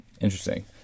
Interesting